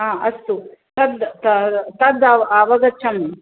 हा अस्तु तद् त तद् अव अवगच्छामि